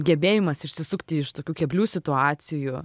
gebėjimas išsisukti iš tokių keblių situacijų